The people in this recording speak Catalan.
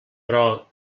però